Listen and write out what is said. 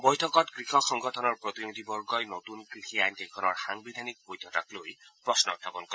বৈঠকত কৃষক সংগঠনৰ প্ৰতিনিধিবৰ্গই নতুন কৃষি আইন কেইখনৰ সাংবিধানিক বৈধতাকলৈ প্ৰশ্ন উখাপন কৰে